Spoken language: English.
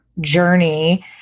Journey